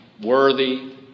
worthy